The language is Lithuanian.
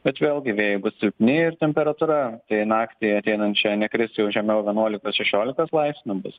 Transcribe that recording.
bet vėlgi vėjai bus silpni ir temperatūra naktį ateinančią nekris jau žemiau vienuolikos šešiolikos laipsnių bus